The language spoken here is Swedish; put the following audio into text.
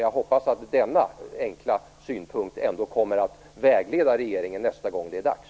Jag hoppas att denna enkla synpunkt ändå kommer att vägleda regeringen nästa gång det är dags.